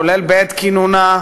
כולל בעת כינונה,